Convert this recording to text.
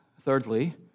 thirdly